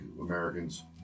Americans